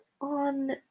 on